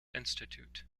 institute